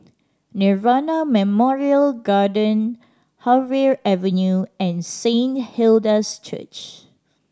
Nirvana Memorial Garden Harvey Avenue and Saint Hilda's Church